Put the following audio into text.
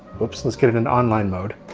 whoops, let's get it an online mode.